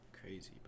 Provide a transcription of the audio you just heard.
crazy